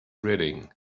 reading